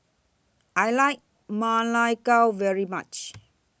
I like Ma Lai Gao very much